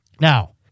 Now